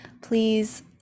please